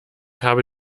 habe